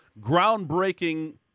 groundbreaking